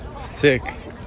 six